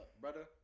brother